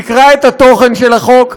תקרא את התוכן של החוק,